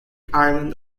island